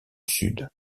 sud